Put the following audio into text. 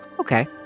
Okay